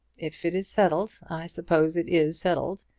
if it is settled, i suppose it is settled.